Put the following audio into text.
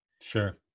Sure